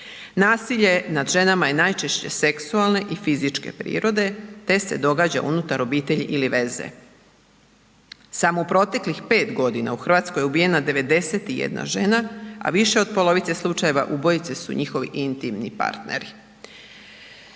Nasilje nad ženama je najčešće seksualne i fizičke prirode te se događa unutar obitelji ili veze. Samo u proteklih 5 godina u Hrvatskoj je ubijena 91 žena, a više od polovice slučajeva ubojice su njihovi intimni partneri.